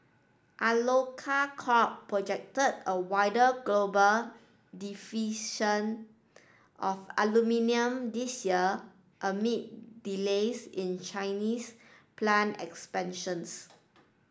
Alcoa Corp projected a wider global of aluminium this year amid delays in Chinese plant expansions